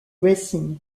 racing